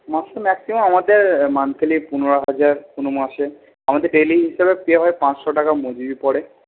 maximum আমাদের monthly পনেরো হাজার কোনো মাসে আমাদের ডেলি হিসাবে পে হয় পাঁচশো টাকা মজুরি পড়ে